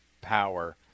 power